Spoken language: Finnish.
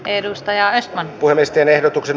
edustaja huilisti verotuksen